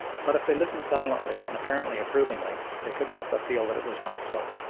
but if they listened silently and apparently approvingly, they could not but feel that it was not so.